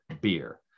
beer